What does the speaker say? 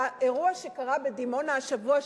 באירוע שקרה בדימונה השבוע,